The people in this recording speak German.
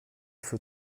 für